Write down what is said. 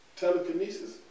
telekinesis